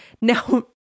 Now